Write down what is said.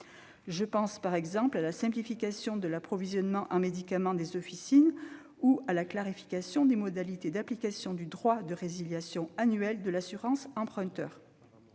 Je pense par exemple à la simplification de l'approvisionnement en médicaments des officines ou à la clarification des modalités d'application du droit de résiliation annuelle de l'assurance emprunteur.